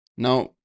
Now